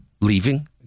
leaving